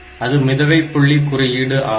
அது மிதவை புள்ளி குறியீடு ஆகும்